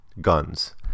guns